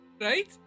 right